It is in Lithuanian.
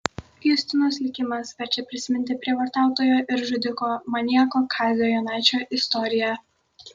justinos likimas verčia prisiminti prievartautojo ir žudiko maniako kazio jonaičio istoriją